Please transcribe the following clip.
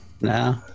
No